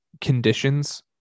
conditions